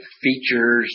features